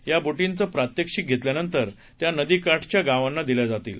या बोटींचं प्रात्यक्षिक घेतल्यानंतर त्या नदीकाठच्या गावांना दिल्या जातील